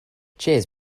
cheers